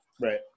Right